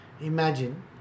Imagine